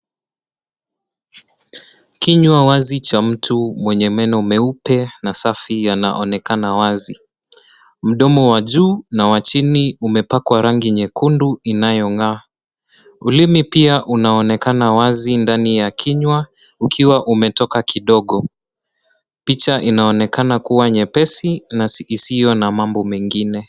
Kinywa wazi cha mtu mwenye meno meupe ,na safi yanaonekana wazi. Mdomo wa juu na wa chini umepakwa rangi nyekundu , inayongaa. Ulimi pia unaonekana wazi ndani ya kinywa, ukiwa umetoka kidogo. Picha inaonekana kuwa nyepesi na isiyo na mambo mengine.